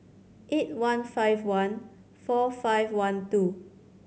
eight one five one four five one two